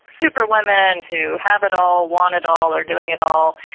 superwomen who have it all, want it all or doing it all,